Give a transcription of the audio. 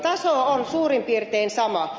taso on suurin piirtein sama